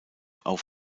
auf